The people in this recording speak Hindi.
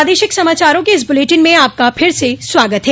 प्रादेशिक समाचारों के इस बुलेटिन में आपका फिर से स्वागत है